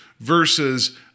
versus